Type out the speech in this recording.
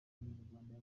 umunyarwanda